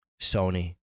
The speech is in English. Sony